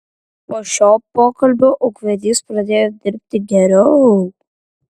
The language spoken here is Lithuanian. po šio pokalbio ūkvedys pradėjo dirbti geriau